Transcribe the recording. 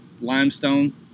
limestone